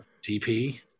DP